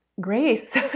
grace